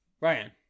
Ryan